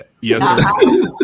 Yes